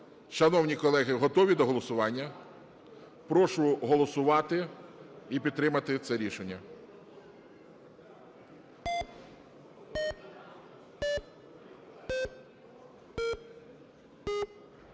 Шановні колеги, готові до голосування? Прошу голосувати і підтримати це рішення.